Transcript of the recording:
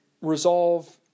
resolve